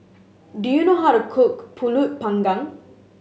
do you know how to cook Pulut Panggang